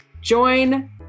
Join